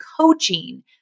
coaching